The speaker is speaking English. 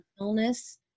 illness